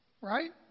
right